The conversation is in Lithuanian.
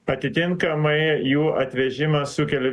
atitinkamai jų atvežimą sukelia